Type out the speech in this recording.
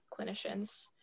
clinicians